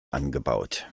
angebaut